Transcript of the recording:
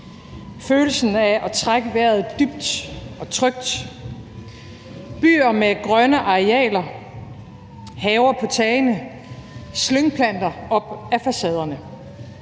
følelsen af at trække vejret dybt og trygt, byer med grønne arealer, haver på tagene, slyngplanter op ad facaderne,